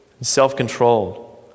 self-controlled